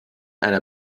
einer